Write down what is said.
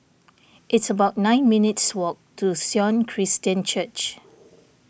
it's about nine minutes' walk to Sion Christian Church